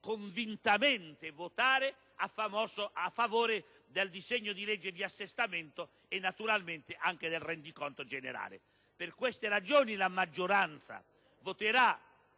convintamente votare a favore del disegno di legge di assestamento e, naturalmente, anche del rendiconto generale. Per tali ragioni la maggioranza voterà